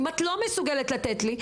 אם את לא מסוגלת לתת לי.